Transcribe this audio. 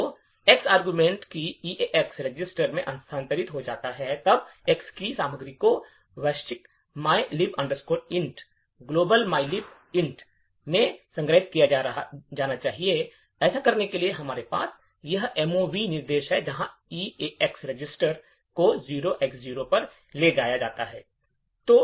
तो तर्क X की EAX रजिस्टर में स्थानांतरित हो जाता है तब X की सामग्री को वैश्विक mylib int global mylib int में संग्रहीत किया जाना चाहिए ऐसा करने के लिए हमारे पास यह mov निर्देश है जहां EAX रजिस्टर को 0X0 पर ले जाया जाता है